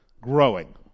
growing